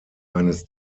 eines